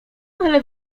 ale